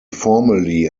formally